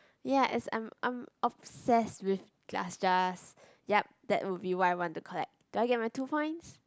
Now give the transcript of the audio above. ya as I'm I'm obsess with glass jars yep that would be why I want to collect do I get my two points